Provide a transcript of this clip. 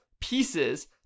pieces